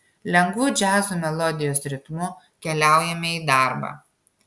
lengvu džiazo melodijos ritmu keliaujame į darbą